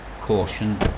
Caution